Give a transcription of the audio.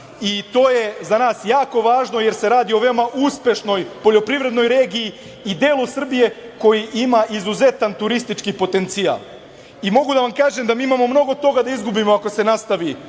i to je za nas jako važno jer se radi o veoma uspešnoj poljoprivrednoj regiji i delu Srbije koji ima izuzetan turistički potencijal. Mogu da vam kažem da mi imamo mnogo toga da izgubimo ako se nastavi